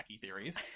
theories